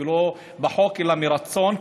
ולא בחוק אלא מרצון,